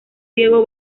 diego